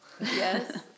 Yes